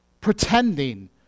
pretending